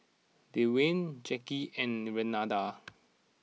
Dewayne Jacky and Renada